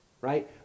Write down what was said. right